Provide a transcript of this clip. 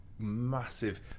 Massive